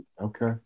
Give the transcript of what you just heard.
Okay